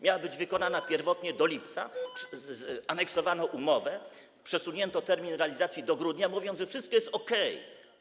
Miała być wykonana pierwotnie do lipca, aneksowano umowę, przesunięto termin realizacji na grudzień, mówiąc, że wszystko jest okej.